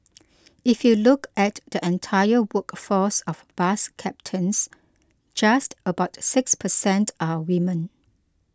if you look at the entire workforce of bus captains just about six per cent are women